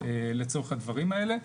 לצורך הדברים האלה.